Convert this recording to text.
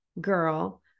girl